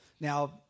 Now